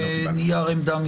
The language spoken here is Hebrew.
נייר עמדה מסודר.